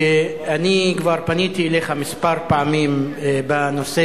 ואני כבר פניתי אליך כמה פעמים בנושא,